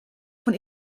von